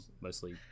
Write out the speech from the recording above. mostly